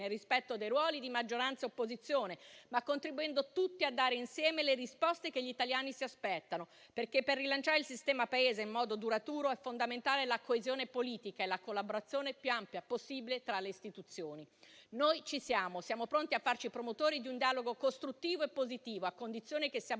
nel rispetto dei ruoli di maggioranza e opposizione, ma contribuendo tutti a dare insieme le risposte che gli italiani si aspettano, perché per rilanciare il sistema Paese in modo duraturo sono fondamentali la coesione politica e la collaborazione più ampia possibile tra le istituzioni. Noi ci siamo e siamo pronti a farci promotori di un dialogo costruttivo e positivo, a condizione che si